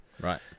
Right